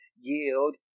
Yield